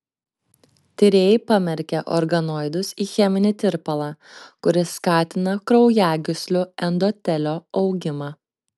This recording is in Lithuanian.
tyrėjai pamerkė organoidus į cheminį tirpalą kuris skatina kraujagyslių endotelio augimą